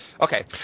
Okay